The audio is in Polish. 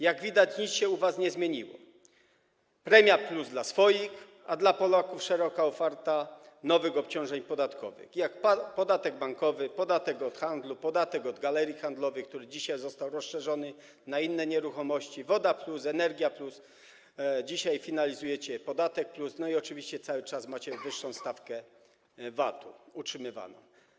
Jak widać, nic się u was nie zmieniło: premia+ dla swoich, a dla Polaków szeroka oferta nowych obciążeń podatkowych, jak podatek bankowy, podatek od handlu, podatek od galerii handlowych, który dzisiaj został rozszerzony na inne nieruchomości, woda+, energia+, dzisiaj finalizujecie paliwo+, no i oczywiście cały czas macie utrzymywaną wyższą stawkę VAT-u.